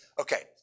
Okay